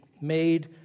made